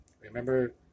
remember